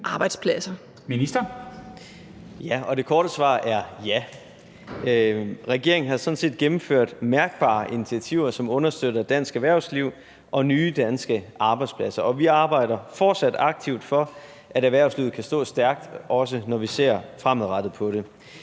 Det korte svar er: Ja. Regeringen har sådan set gennemført mærkbare initiativer, som understøtter dansk erhvervsliv og nye danske arbejdspladser, og vi arbejder fortsat aktivt for, at erhvervslivet kan stå stærkt, også når vi ser fremadrettet på det.